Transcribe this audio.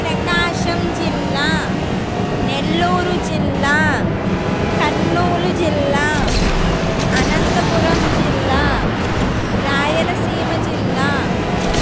ప్రకాశం జిల్లా నెల్లూరు జిల్లా కర్నూలు జిల్లా అనంతపురం జిల్లా రాయలసీమ జిల్లా